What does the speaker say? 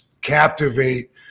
captivate